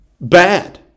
bad